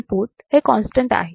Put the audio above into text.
input हे constant आहे